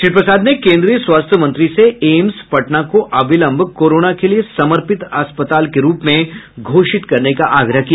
श्री प्रसाद ने कोन्द्रीय स्वास्थ्य मंत्री से एम्स पटना को अविलंब कोरोना के लिए समर्पित अस्पताल के रूप में घोषित करने का आग्रह किया